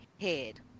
head